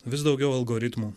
vis daugiau algoritmų